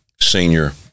senior